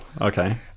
okay